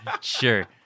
Sure